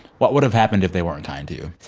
what would have happened if they weren't kind to you?